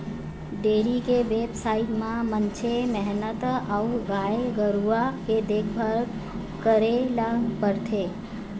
dairy के बेवसाय म बनेच मेहनत अउ गाय गरूवा के देखभाल करे ल परथे